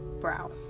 brow